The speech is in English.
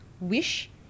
wish